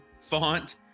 font